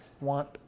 want